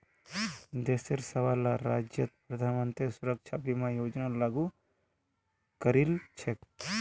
देशेर सबला राज्यत प्रधानमंत्री सुरक्षा बीमा योजना लागू करील छेक